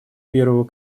первого